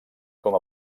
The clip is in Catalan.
com